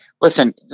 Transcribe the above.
listen